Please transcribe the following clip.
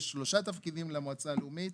יש שלושה תפקידים למועצה הלאומי.